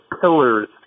pillars